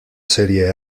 serie